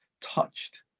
Touched